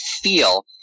feel